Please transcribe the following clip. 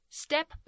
step